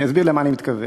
אני אסביר למה אני מתכוון.